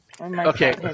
Okay